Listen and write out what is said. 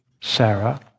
Sarah